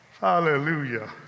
Hallelujah